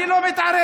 אני לא מתערב.